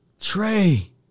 Trey